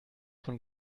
von